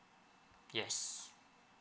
yes